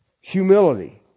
humility